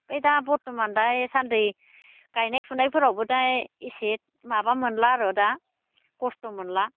ओमफ्राय दा बरथमान दासानदै गायनाय फुनायफोरावबो दा एसे माबा मोनला आरो दा खस्थ' मोनला